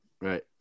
right